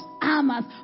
amas